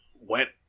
went